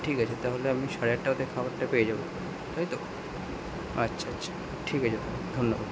ঠিক আছে তাহলে আমি সাড়ে আটাতে খাবারটা পেয়ে যাবো তাই তো আচ্ছা আচ্ছা ঠিক আছে ধন্যবাদ